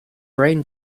brain